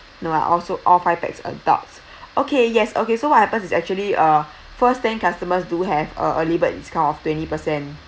no ah oh so all five pax adults okay yes okay so what happens is actually uh first ten customers do have a early bird discount of twenty percent